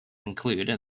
include